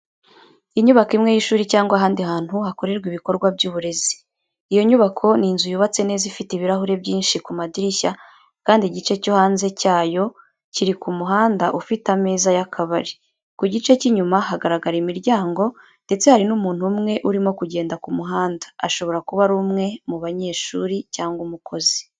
Inyubako imwe y'ishuri cyangwa ahandi hantu hakorerwa ibikorwa by'uburezi. Iyo inyubako ni inzu yubatse neza ifite ibirahure byinshi ku madirishya kandi igice cyo hanze cyayo kiri ku muhanda ufite ameza y'akabari. Ku gice cy'inyuma hagaragara imiryango ndetse hari n'umuntu umwe urimo kugenda ku muhanda ashobora kuba ari umwe mu banyeshuri cyangwa umukozi.